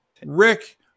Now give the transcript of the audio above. Rick